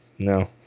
No